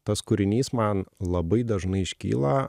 tas kūrinys man labai dažnai iškyla